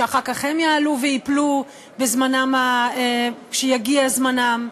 שאחר כך הם יעלו וייפלו כשיגיע זמנם,